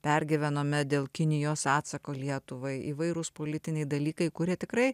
pergyvenom dėl kinijos atsako lietuvai įvairūs politiniai dalykai kurie tikrai